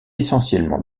essentiellement